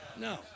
No